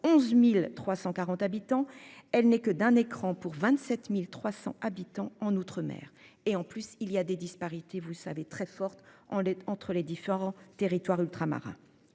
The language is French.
11.340 habitants. Elle n'est que d'un écran pour 27.300 habitants en outre-mer et en plus il y a des disparités. Vous savez très forte en les entre les différents territoires ultramarins.